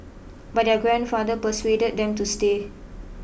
but their grandfather persuaded them to stay